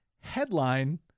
headline